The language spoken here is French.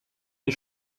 des